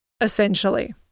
essentially